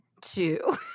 two